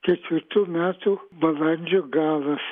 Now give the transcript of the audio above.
ketvirtų metų balandžio galas